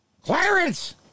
Clarence